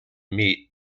meet